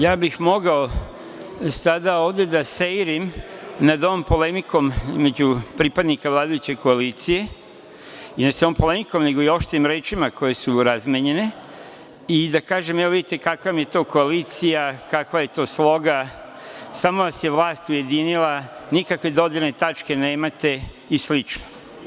Ja bih mogao sada ovde da seirim nad ovom polemikom između pripadnika vladajuće koalicije ni ne samo polemikom, nego uopšte rečima koje su razmenjene i da kažem, evo vidite kakva vam je to koalicija, kakva je to sloga, samo vas je vlast ujedinila, nikakve dodirne tačke nemate i slično.